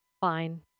fine